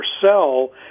sell